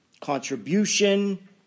contribution